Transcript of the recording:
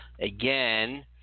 again